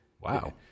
Wow